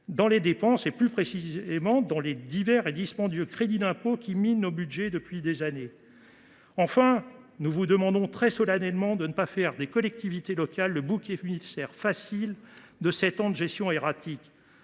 sur les dépenses et, plus précisément, sur les divers et dispendieux crédits d’impôt qui minent nos budgets depuis des années. Enfin, messieurs les ministres, nous vous demandons très solennellement de ne pas faire des collectivités locales le bouc émissaire facile de sept ans de gestion erratique.